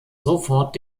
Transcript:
sofort